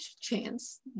chance